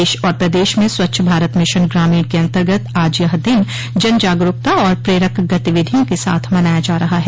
देश और प्रदेश म स्वच्छ भारत मिशन ग्रामीण के अंतर्गत आज यह दिन जन जागरूकता और प्रेरक गतिविधियों के साथ मनाया जा रहा है